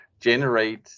generate